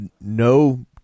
no